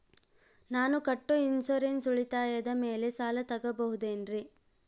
ನಾನು ಕಟ್ಟೊ ಇನ್ಸೂರೆನ್ಸ್ ಉಳಿತಾಯದ ಮೇಲೆ ಸಾಲ ತಗೋಬಹುದೇನ್ರಿ?